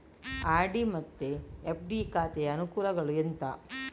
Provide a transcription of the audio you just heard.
RD ಮತ್ತು FD ಖಾತೆಯ ಅನುಕೂಲಗಳು ಎಂತ?